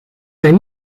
zijn